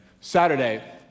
Saturday